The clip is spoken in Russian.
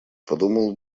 подумал